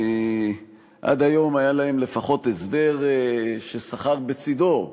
עד היום היה להם לפחות הסדר ששכר בצדו,